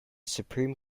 supreme